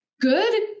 Good